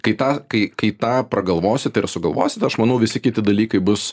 kai tą kai kai tą pragalvosit ir sugalvosit aš manau visi kiti dalykai bus